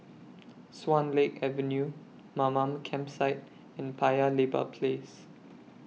Swan Lake Avenue Mamam Campsite and Paya Lebar Place